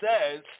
says